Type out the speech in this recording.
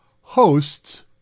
hosts